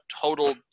total